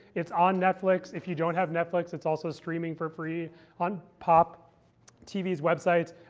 it's on netflix. if you don't have netflix, it's also streaming for free on pop tv's website.